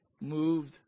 moved